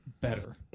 better